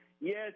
yes